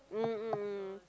mm mm mm